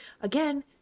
again